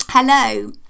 Hello